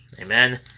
amen